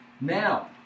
now